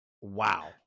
Wow